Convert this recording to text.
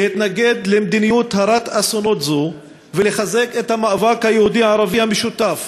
להתנגד למדיניות הרת אסונות זו ולחזק את המאבק היהודי ערבי המשותף